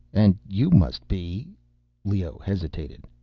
and you must be leoh hesitated.